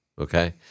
okay